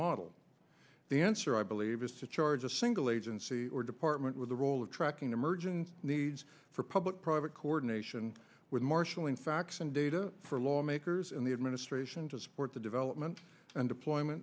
model the answer i believe is to charge a single agency or department with the role of tracking emergency needs for public private coordination with marshalling facts and data for lawmakers in the administration to support the development and deployment